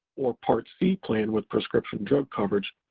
or part c plan with prescription drug coverage,